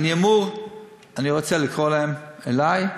אני רוצה לקרוא לראשי הרשתות אלי,